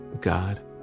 God